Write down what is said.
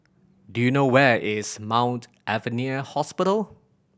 do you know where is Mount Alvernia Hospital